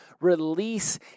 release